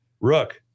Rook